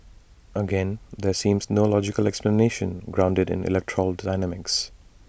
again there seems no logical explanation grounded in electoral dynamics